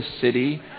city